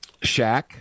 Shaq